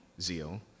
zeal